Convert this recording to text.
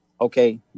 okay